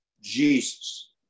jesus